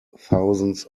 thousands